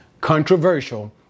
controversial